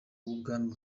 w’ubwami